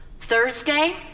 Thursday